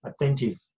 attentive